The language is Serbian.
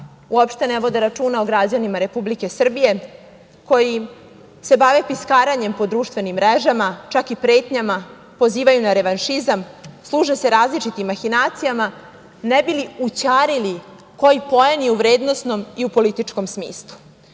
uopšte ne vode računa o građanima Republike Srbije, koji se bave piskaranjem po društvenim mrežama, čak i pretnjama, pozivaju na revanšizam, služe se različitim mahinacijama, ne bi li ućarili koji poen i u vrednosnom i u političkom smislu,